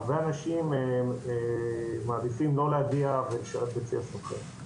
הרבה אנשים מעדיפים לא להגיע ולשרת בצי הסוחר.